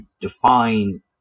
define